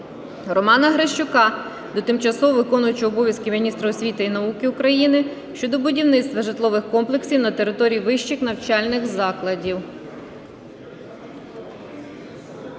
Романа Грищука до тимчасово виконуючого обов'язки міністра освіти і науки України щодо будівництва житлових комплексів на території вищих навчальних закладів.